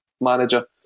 manager